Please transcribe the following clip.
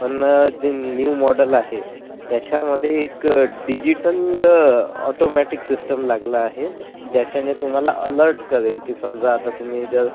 पण जे new model आहे त्याच्यामध्ये एक डिजिटल ऑटोमॅटिक सिस्टम लागला आहे ज्याच्याने तुम्हाला अलर्ट करेल की समजा आता तुम्ही जर